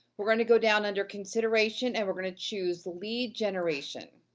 we're we're gonna go down under consideration, and we're gonna choose lead generation.